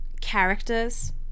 characters